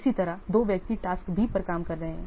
इसी तरह 2 व्यक्ति टास्क B पर काम कर रहे हैं